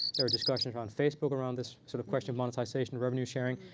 there are discussions around facebook around this sort of question of monetization of revenue sharing.